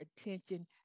attention